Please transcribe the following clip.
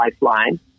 lifeline